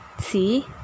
see